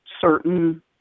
certain